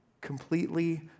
completely